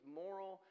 moral